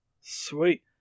Sweet